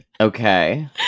Okay